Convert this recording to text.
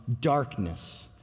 darkness